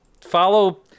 follow